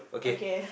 okay